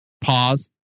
Pause